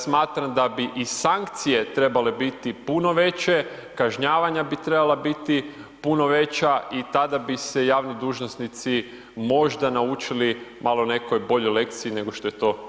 Smatram da bi i sankcije trebale biti puno veće, kažnjavanja bi trebala biti puno veća i tada bi se javni dužnosnici možda naučili malo nekoj boljoj lekciji nego što je to sada slučaj.